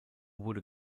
wurde